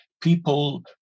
people